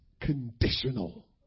conditional